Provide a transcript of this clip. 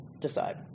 decide